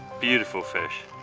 beautiful fish,